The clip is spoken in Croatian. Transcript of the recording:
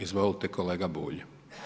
Izvolite kolega Bulj.